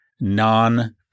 non